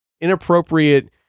inappropriate